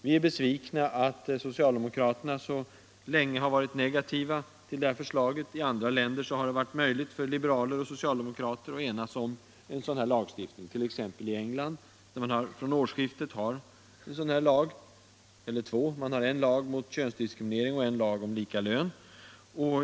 Vi är besvikna över att socialdemokraterna så länge har varit negativa till det förslaget. I andra länder har det varit möjligt för liberaler och socialdemokrater att enas om en sådan här lagstiftning, t.ex. i England, där man från årsskiftet har två lagar av detta slag: en lag mot könsdiskriminering och en lag om likalön.